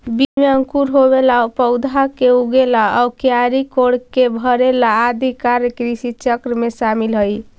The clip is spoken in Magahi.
बीज में अंकुर होवेला आउ पौधा के उगेला आउ क्यारी के कोड़के भरेला आदि कार्य कृषिचक्र में शामिल हइ